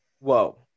Whoa